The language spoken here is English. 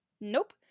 Nope